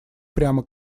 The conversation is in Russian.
прямо